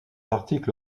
article